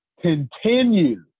continue